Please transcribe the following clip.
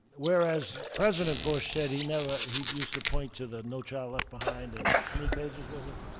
whereas president bush said he never he used to point to the no child left behind and how many pages was it?